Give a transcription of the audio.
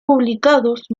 publicados